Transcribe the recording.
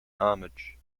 homage